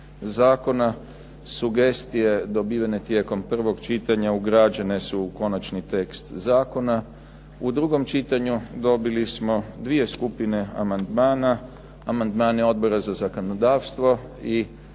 U drugom čitanju dobili smo dvije skupine amandmana. Amandmane Odbora za zakonodavstvo i